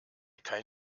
kein